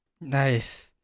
Nice